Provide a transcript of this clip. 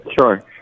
Sure